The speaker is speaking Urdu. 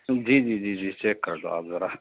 جی جی جی جی چیک کر لو آپ ذرا